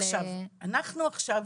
אנחנו עכשיו